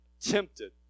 tempted